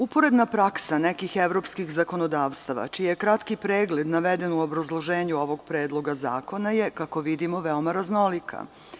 Uporedna praksa nekih evropskih zakonodavstava čije je kratki pregled naveden u obrazloženju ovog Predloga zakona, je kako vidimo veoma raznolika.